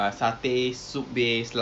nak cakap tentang apa